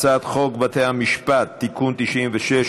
הצעת חוק בתי המשפט (תיקון מס' 96),